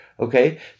Okay